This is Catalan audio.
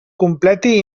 completi